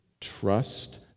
Trust